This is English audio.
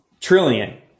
trillion